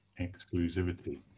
Exclusivity